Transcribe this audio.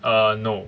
uh no